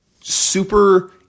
super